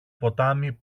ποτάμι